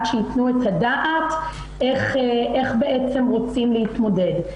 שייתן את הדעת איך רוצים להתמודד אתו,